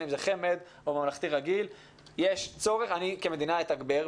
אם זה חמ"ד או ממלכתי רגיל 'אני כמדינה אתגבר',